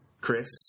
Chris